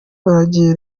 baragiye